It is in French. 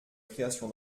création